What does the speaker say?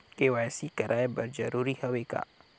KYC कराय बर जरूरी हवे का?